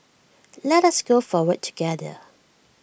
let us go forward together